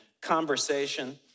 conversation